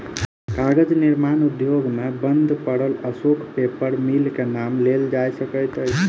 कागज निर्माण उद्योग मे बंद पड़ल अशोक पेपर मिल के नाम लेल जा सकैत अछि